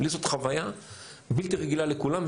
לי זאת חוויה בלתי רגילה עם כולם,